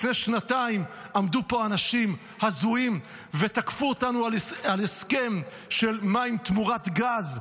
לפני שנתיים עמדו פה אנשים הזויים ותקפו אותנו על הסכם של מים תמורת גז.